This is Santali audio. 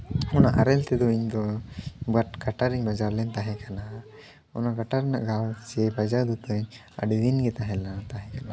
ᱚᱱᱟ ᱟᱨᱮᱞ ᱛᱮᱫᱚ ᱤᱧᱫᱚ ᱵᱟᱴ ᱠᱟᱴᱟᱨᱤᱧ ᱵᱟᱡᱟᱣ ᱞᱮᱱ ᱛᱟᱦᱮᱸ ᱠᱟᱱᱟ ᱚᱱᱟ ᱠᱟᱴᱟ ᱨᱮᱭᱟᱜ ᱜᱷᱟᱣ ᱥᱮ ᱵᱟᱡᱟᱣ ᱫᱚ ᱛᱟᱹᱧ ᱟᱹᱰᱤ ᱫᱤᱱ ᱜᱮ ᱛᱟᱦᱮᱸ ᱞᱮᱱᱟ ᱛᱟᱦᱮᱸᱫ